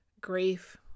grief